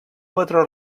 patró